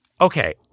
Okay